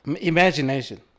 imagination